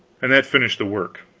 and that finished the work.